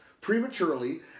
prematurely